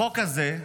החוק הזה,